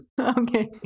Okay